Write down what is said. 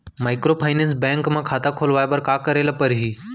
Microfinance bank म खाता खोलवाय बर का करे ल परही?